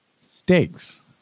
steaks